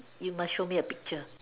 you must show me a picture